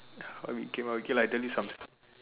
why we came up okay lah I tell you something